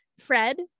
Fred